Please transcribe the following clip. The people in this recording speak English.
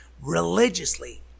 religiously